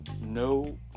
no